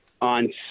on